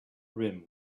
rim